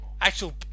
actual